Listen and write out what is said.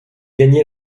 gagné